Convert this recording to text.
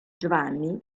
giovanni